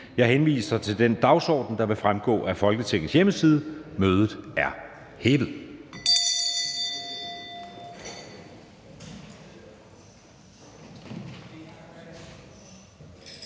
Jeg henviser til den dagsorden, der vil fremgå af Folketingets hjemmeside. Mødet er hævet.